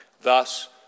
Thus